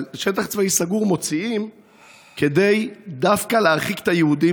אבל שטח צבאי סגור מוציאים דווקא כדי להרחיק את היהודים.